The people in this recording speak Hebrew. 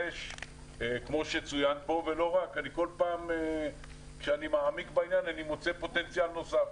כל פעם כשאני מעמיק בעניין הזה אני מוצא פוטנציאל נוסף.